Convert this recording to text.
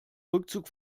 rückzug